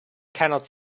cannot